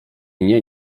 nie